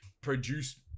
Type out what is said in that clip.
produce